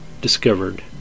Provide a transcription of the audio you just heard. discovered